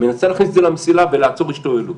מנסה להכניס זה למסילה ולעצור השתוללות.